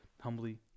Humbly